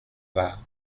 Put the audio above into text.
war